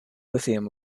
lithium